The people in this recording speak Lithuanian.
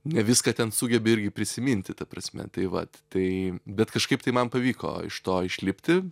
ne viską ten sugebi irgi prisiminti ta prasme tai vat tai bet kažkaip tai man pavyko iš to išlipti